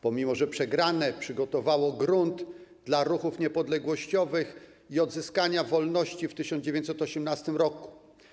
Pomimo że przegrane, przygotowało grunt dla ruchów niepodległościowych i odzyskania wolności w 1918 r.